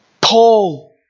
Paul